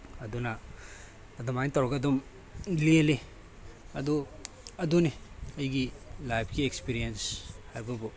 ꯑꯗꯨꯅ ꯑꯗꯨꯃꯥꯏꯅ ꯇꯧꯔꯒ ꯑꯗꯨꯝ ꯂꯦꯜꯂꯤ ꯑꯗꯣ ꯑꯗꯨꯅꯤ ꯑꯩꯒꯤ ꯂꯥꯏꯐꯀꯤ ꯑꯦꯛꯁꯄꯤꯔꯤꯌꯦꯟꯁ ꯍꯥꯏꯕꯕꯨ